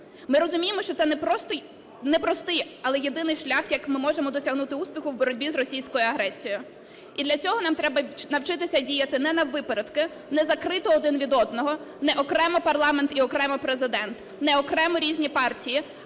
Ми розуміємо, що це не простий, але єдиний шлях, як ми можемо досягти успіху у боротьбі з російською агресією. І для цього нам треба навчитися діяти не наввипередки, не закрито один від одного, не окремо парламент і окремо Президент, не окремо різні партії,